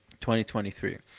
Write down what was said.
2023